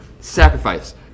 sacrifice